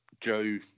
Joe